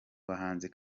bahanzi